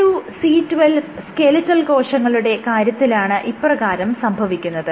C2C12 skeletal കോശങ്ങളുടെ കാര്യത്തിലാണ് ഇപ്രകാരം സംഭവിക്കുന്നത്